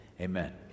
amen